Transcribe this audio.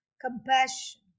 compassion